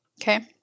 Okay